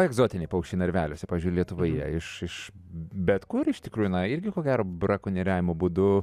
egzotiniai paukščiai narveliuose pavyzdžiui lietuvoje iš iš bet kur iš tikrųjų na irgi ko gero brakonieriavimo būdu